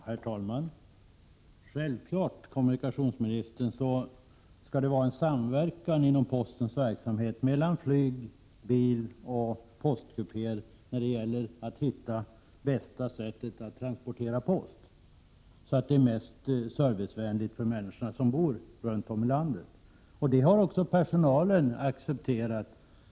Herr talman! Självfallet, kommunikationsministern, skall det ske en samverkan inom postens område mellan flyg, bil och postkupéer när det gäller att hitta bästa sättet att transportera post för att verksamheten skall bli så servicevänlig som möjligt för människorna runt om i vårt land. Detta har också personalen accepterat.